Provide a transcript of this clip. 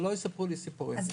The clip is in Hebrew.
שלא יספרו לי סיפורים.